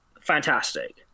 fantastic